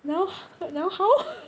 now now how